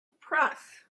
press